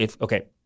okay